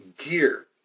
Gear